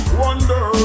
wonder